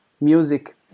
music